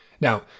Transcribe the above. Now